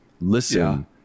listen